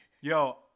Yo